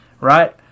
right